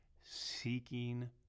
Seeking